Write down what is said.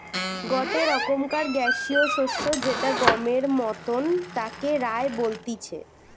গটে রকমকার গ্যাসীয় শস্য যেটা গমের মতন তাকে রায় বলতিছে